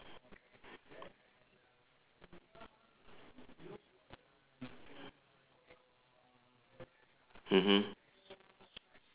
mmhmm